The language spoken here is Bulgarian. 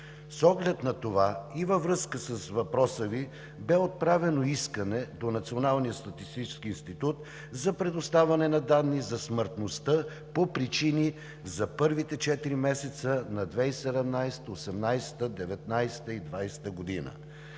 С оглед на това и във връзка с въпроса Ви бе отправено искане до Националния статистически институт за предоставяне на данни за смъртността по причини за първите четири месеца на 2017-а, 2018-а, 2019-а и 2020-а години.